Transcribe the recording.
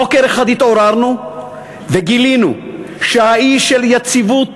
בוקר אחד התעוררנו וגילינו שהאי של יציבות